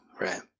right